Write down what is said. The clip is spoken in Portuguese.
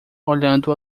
olhando